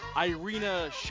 Irina